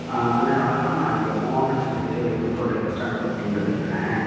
ஆ அண்ணே வணக்கம் நான் இங்கே மோகன்னு சொல்லிவிட்டு புதுக்கோட்டை பஸ்ஸ்டாண்ட் பக்கத்தில் இருந்து பேசுகிறேன்